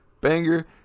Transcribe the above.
banger